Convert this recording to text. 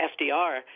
FDR